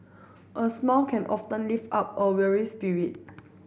a smile can often lift up a weary spirit